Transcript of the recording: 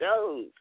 shows